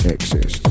Excess